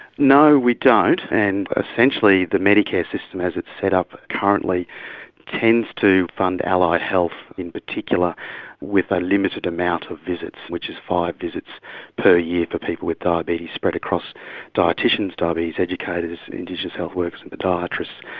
no, we don't, and essentially the medicare system as it's set up currently tends to fund allied health in particular with a limited amount of visits which is five visits per year for people with diabetes, spread across dieticians, diabetes educators, indigenous health workers, and podiatrists.